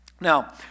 Now